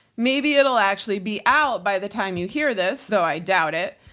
maybe it'll actually be out by the time you hear this, though i doubt it,